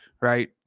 right